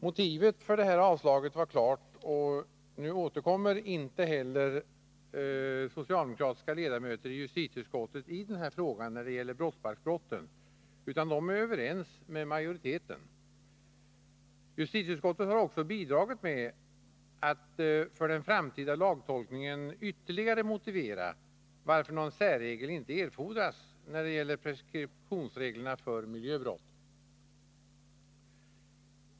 Motivet för detta avslag var klart, och de socialdemokratiska ledamöterna i justitieutskottet återkommer inte heller i denna fråga när det gäller brottsbalksbrotten, utan de är överens med majoriteten. Justitieutskottet har också bidragit med att för den framtida lagtolkningen ytterligare motivera varför någon särregel inte erfordras när det gäller preskriptionsreglerna för miljöbrott.